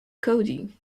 cody